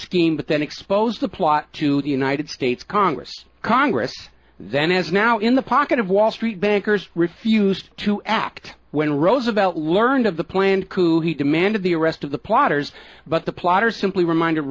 scheme but then exposed the plot to the united states congress congress then as now in the pocket of wall street bankers refused to act when roosevelt learned of the planned coup he demanded the arrest of the plotters but the plotters simply reminded